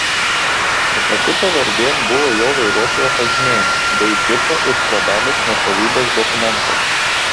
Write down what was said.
ta pati pavardė buvo jo vairuotojo pažymėjime bei džipo ir trobelės nuosavybės dokumentuose